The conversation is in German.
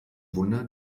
wunder